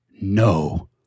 no